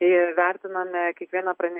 ir vertiname kiekvieną pranešimą